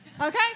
Okay